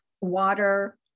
water